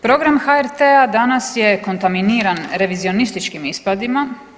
Program HRT-a danas je kontaminiran revizionističkim ispadima.